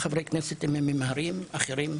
חבר הכנסת אחמד טיבי, שגם הגיע וחיכה.